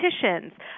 politicians